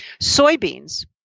Soybeans